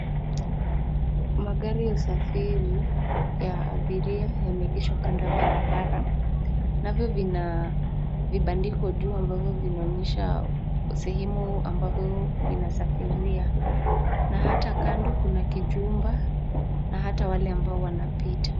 Magari ya usafiri ya abiria yameegeshwa kando ya barabara, navyo vina vibandiko juu ambavyo vinaonyesha sehemu ambavyo vinasafiria, na hata kando kuna kijumba na hata wale ambao wanapita.